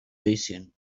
passion